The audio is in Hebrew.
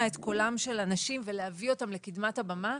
את קולם של אנשים ולהביא אותם לקדמת הבמה,